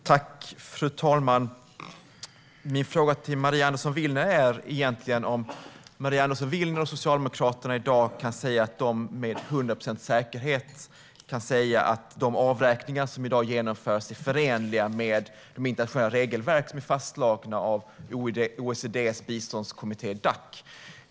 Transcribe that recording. Fru ålderspresident! Min fråga till Maria Andersson Willner är om hon och Socialdemokraterna i dag med 100 procents säkerhet kan säga att de avräkningar som i dag genomförs är förenliga med de internationella regelverk som är fastslagna av OECD:s biståndskommitté Dac.